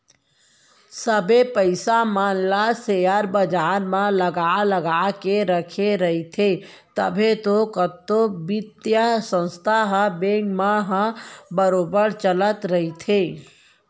सबे पइसा मन ल सेयर बजार म लगा लगा के रखे रहिथे तभे तो कतको बित्तीय संस्था या बेंक मन ह बरोबर चलत रइथे